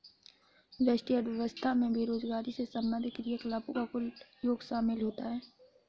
व्यष्टि अर्थशास्त्र में बेरोजगारी से संबंधित क्रियाकलापों का कुल योग शामिल होता है